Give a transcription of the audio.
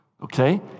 Okay